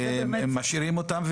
משאירים אותם,